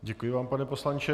Děkuji vám, pane poslanče.